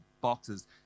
boxes